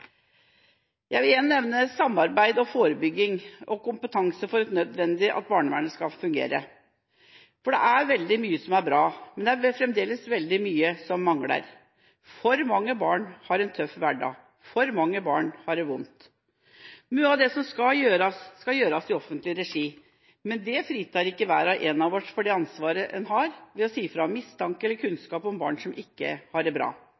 Jeg vil igjen nevne at samarbeid, forebygging og kompetanse er nødvendig for at barnevernet skal fungere. Det er veldig mye som er bra, men det er fremdeles veldig mye som mangler. For mange barn har en tøff hverdag – for mange barn har det vondt. Mye av det som skal gjøres, skal gjøres i offentlig regi. Men det fritar ikke hver og en av oss for det ansvaret vi har ved å si fra ved mistanke eller kunnskap om barn som ikke har det bra.